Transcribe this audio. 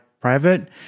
private